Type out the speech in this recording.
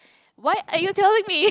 why are you telling me